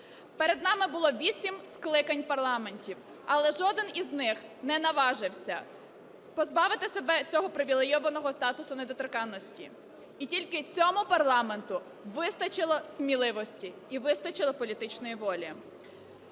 Перед нами було 8 скликань парламентів, але жоден із них не наважився позбавити себе цього привілейованого статусу недоторканності. І тільки цьому парламенту вистачило сміливості і вистачило політичної волі.